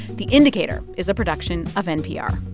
the indicator is a production of npr